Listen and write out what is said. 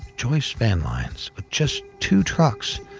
joyce van lines, with just two trucks,